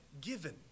given